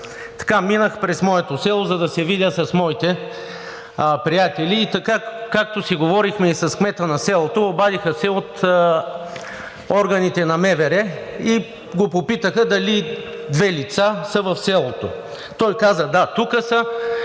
минах през моето село, за да се видя с моите приятели, и както си говорехме с кмета на селото, обадиха се от органите на МВР и го попитаха дали две лица са в селото. Той каза: „Да, тук са.“,